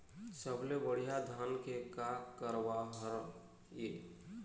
सबले बढ़िया धाना के का गरवा हर ये?